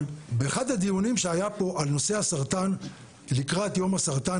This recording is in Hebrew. אבל באחד הדיונים שהיה פה על נושא הסרטן לקראת יום הסרטן